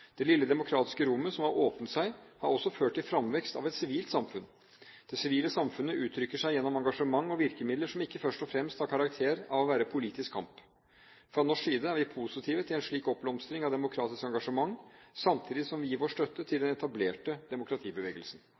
Det lille demokratiske rommet som har åpnet seg, har også ført til fremvekst av et sivilt samfunn. Det sivile samfunnet uttrykker seg gjennom engasjement og virkemidler som ikke først og fremst har karakter av å være politisk kamp. Fra norsk side er vi positive til en slik oppblomstring av demokratisk engasjement, samtidig som vi gir vår støtte til den etablerte demokratibevegelsen.